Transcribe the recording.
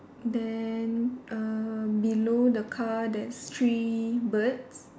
then uh below the car there's three birds